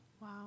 Wow